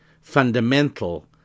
fundamental